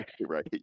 Right